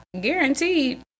guaranteed